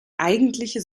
eigentliche